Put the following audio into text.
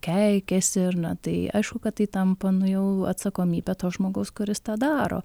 keikiesi ar na tai aišku kad tai tampa nu jau atsakomybe to žmogaus kuris tą daro